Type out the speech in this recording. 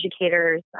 educators